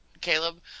Caleb